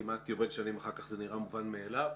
ואחר כך זה נראה מובן מאליו,